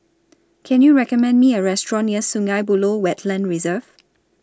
Can YOU recommend Me A Restaurant near Sungei Buloh Wetland Reserve